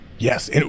Yes